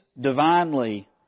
divinely